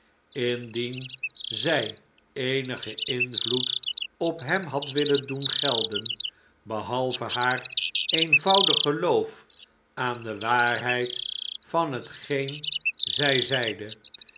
indien zij eenigen invloed op hem had willen doen gelden behalve haar eenvoudig geloof aan de waarheid van hetgeen zij zeide